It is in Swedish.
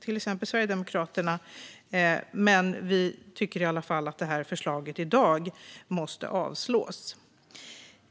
till exempel Sverigedemokraterna, men vi tycker ändå att dagens förslag måste avslås.